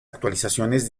actualizaciones